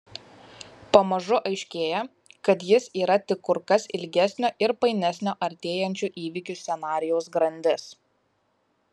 pamažu aiškėja kad jis yra tik kur kas ilgesnio ir painesnio artėjančių įvykių scenarijaus grandis